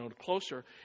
closer